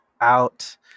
out